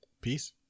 peace